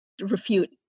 refute